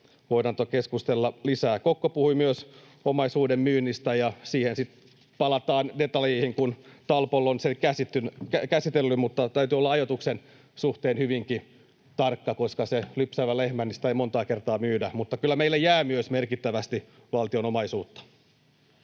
voidaan keskustella lisää. Kokko puhui myös omaisuuden myynnistä, ja siihen, sen detaljeihin palataan sitten, kun TALPOL on sen käsitellyt. Mutta täytyy olla ajatuksen suhteen hyvinkin tarkka, koska sitä lypsävää lehmää ei monta kertaa myydä. Mutta kyllä meille jää myös merkittävästi valtion omaisuutta.